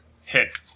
hit